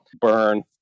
burn